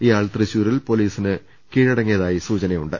ഇയാൾ തൃശ്ശൂരിൽ പോലീസിന് കീഴടങ്ങി യതായി സൂചനയുണ്ട്